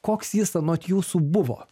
koks jis anot jūsų buvo